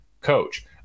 coach